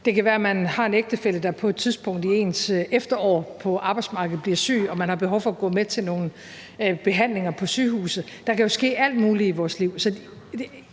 Det kan være, at man har en ægtefælle, der på et tidspunkt i ens efterår på arbejdsmarkedet bliver syg, og at man har behov for at gå med til nogle behandlinger på sygehuset. Der kan jo ske alt muligt vores liv.